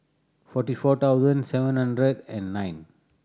forty four thousand seven hundred and nine